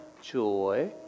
joy